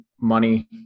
money